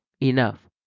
enough